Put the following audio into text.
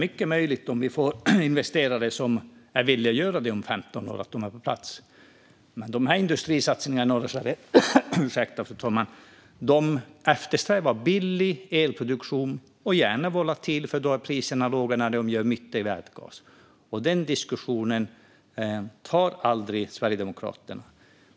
Om vi får investerare som är villiga att satsa på kärnkraft är det mycket möjligt att vi har den på plats om 15 år, men industrisatsningarna i norra Sverige behöver billig elproduktion - och gärna volatil, för då kan man göra mycket vätgas när priserna är låga. Den diskussionen tar Sverigedemokraterna aldrig.